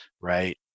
Right